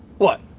what?